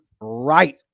right